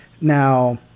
Now